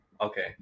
okay